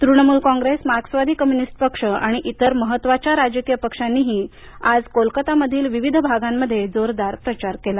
तृणमूल मार्क्सवादी कम्युनिस्ट पक्ष आणि इतर महत्त्वाच्या राजकीय पक्षांनी आज कोलकातामधील विविध भागांमध्ये जोरदार प्रचार केला